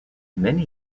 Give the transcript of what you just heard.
many